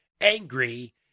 angry